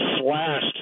slashed